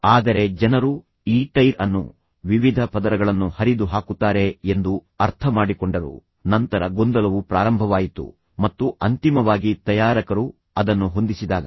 ಆದರೆ ಜನರು ಈ ಟೈರ್ ಅನ್ನು ವಿವಿಧ ಪದರಗಳನ್ನು ಹರಿದು ಹಾಕುತ್ತಾರೆ ಎಂದು ಅರ್ಥಮಾಡಿಕೊಂಡರು ನಂತರ ಗೊಂದಲವು ಪ್ರಾರಂಭವಾಯಿತು ಮತ್ತು ಅಂತಿಮವಾಗಿ ತಯಾರಕರು ಅದನ್ನು ಹೊಂದಿಸಿದಾಗ